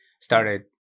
started